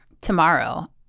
tomorrow